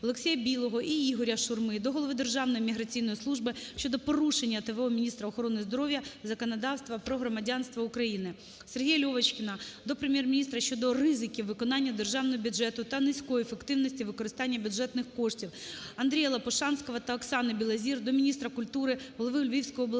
Олексія Білого і Ігоря Шурми до Голови Державної міграційної служби щодо порушення т.в.о.міністра охорони здоров`я, законодавства про громадянство України. Сергія Львочкіна до Прем'єр-міністра щодо ризиків виконання державного бюджету та низької ефективності використання бюджетних коштів. Андрія Лопушанського та Оксани Білозір до міністра культури, голови Львівської обларади,